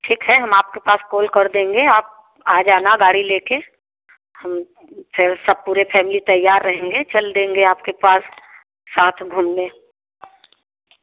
ठीक है हम आपके पास कोल कर देंगे आप आ जाना गाड़ी लेकर हम फिर सब पूरे फैमिली तैयार रहेंगे चल देंगे आपके पास साथ में घूमने